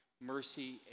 mercy